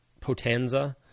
Potenza